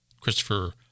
Christopher